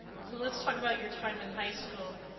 so let's talk about your time in high school.